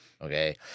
Okay